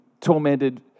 tormented